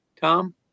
Tom